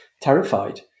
terrified